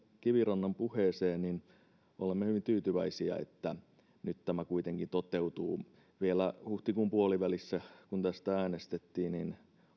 kivirannan puheeseen me olemme hyvin tyytyväisiä siihen että tämä nyt kuitenkin toteutuu vielä huhtikuun puolivälissä kun tästä äänestettiin